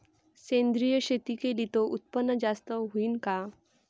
सेंद्रिय शेती केली त उत्पन्न जास्त होईन का?